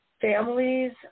families